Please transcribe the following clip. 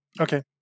Okay